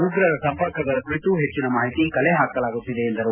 ಉಗ್ರರ ಸಂಪರ್ಕಗಳ ಕುರಿತು ಹೆಚ್ಚಿನ ಮಾಹಿತಿ ಕಲೆ ಹಾಕಲಾಗುತ್ತಿದೆ ಎಂದರು